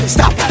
Stop